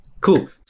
Cool